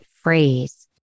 phrase